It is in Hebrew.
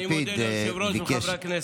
אני מודה ליושב-ראש ולחברי הכנסת.